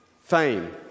fame